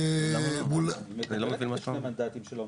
--- היא מקבלת את שני המנדטים שלה,